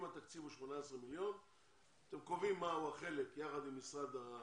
אם התקציב הוא 18 מיליון אתם קובעים מה הוא החלק יחד עם העמותות